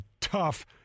tough